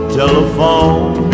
telephone